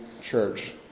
church